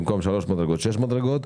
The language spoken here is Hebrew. במקום שלוש מדרגות יהיו שש מדרגות,